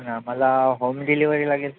पण आम्हाला home delivery लागेल